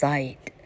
Side